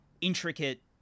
intricate